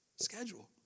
Schedule